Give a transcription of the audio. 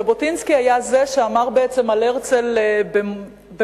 וז'בוטינסקי היה זה שאמר בעצם, על הרצל במותו,